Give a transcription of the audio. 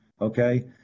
Okay